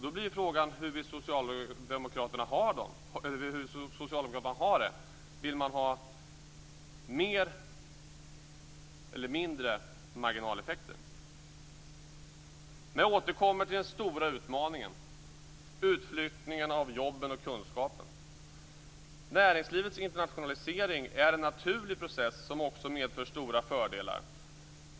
Då blir frågan: Hur vill socialdemokraterna ha det? Vill man ha mer eller mindre marginaleffekter? Jag återkommer till den stora utmaningen, nämligen utflyttningen av jobben och kunskapen. Näringslivets internationalisering är en naturlig process som också medför stora fördelar.